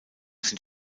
sind